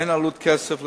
אין לזה עלות כספית,